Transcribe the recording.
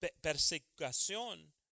persecución